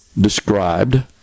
described